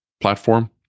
platform